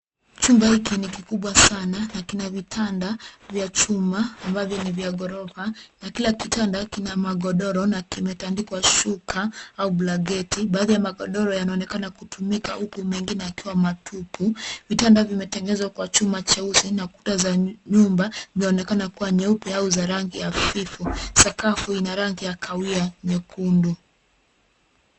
Chumba hiki ni kikubwa sana na kina vitanda vya chuma ambavyo ni vya ghorofa, na kila kitanda kina magodoro na kimetandikwa shuka au blanketi. Baadhi ya magodoro yanaonekana kutumika huku mengine yakiwa matupu. Vitanda vimetengezwa kwa chuma cheusi na kuta za nyumba zinaonekana kuwa nyeupe au za rangi hafifu. Sakafu ina rangi ya kahawia nyekundu.